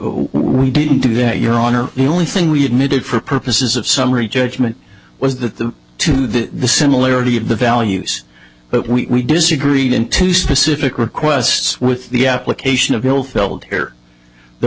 we didn't do that your honor the only thing we admitted for purposes of summary judgment was that the to the similarity of the values but we disagreed into specific requests with the application